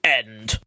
end